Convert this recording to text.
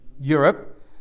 Europe